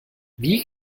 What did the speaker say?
wie